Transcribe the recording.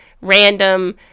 Random